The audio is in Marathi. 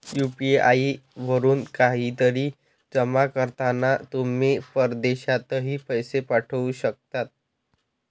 यू.पी.आई वरून काहीतरी जमा करताना तुम्ही परदेशातही पैसे पाठवू शकता